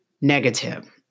negative